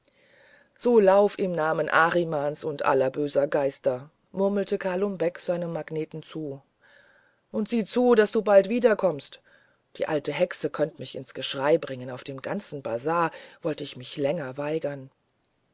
so lauf im namen arimans und aller bösen geister murmelte kalum beck seinem magnet zu und siehe zu daß du bald wiederkommst die alte hexe könnte mich ins geschrei bringen auf dem ganzen bazar wollte ich mich länger weigern